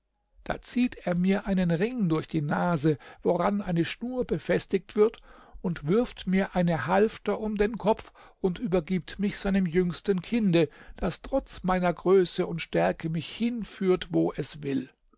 da zieht er mir einen ring durch die nase woran eine schnur befestigt wird und wirft mir eine halfter um den kopf und übergibt mich seinem jüngsten kinde das trotz meiner größe und stärke mich hinführt wo es will